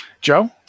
Joe